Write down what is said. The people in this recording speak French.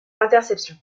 interceptions